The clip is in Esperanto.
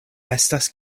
estas